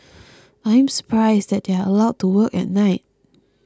I'm surprised that they are allowed to work at night